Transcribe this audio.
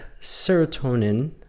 serotonin